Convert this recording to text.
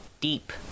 deep